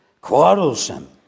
quarrelsome